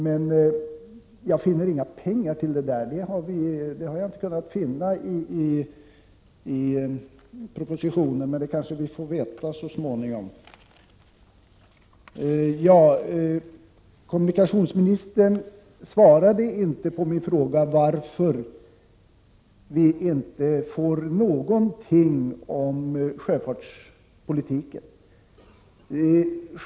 Men jag kan inte finna att det i propositionen föreslås några pengar till sådana åtgärder. Men det kanske vi kan få besked om så småningom. Kommunikationsministern svarade inte på min fråga varför vi inte får några förslag om sjöfartspolitiken.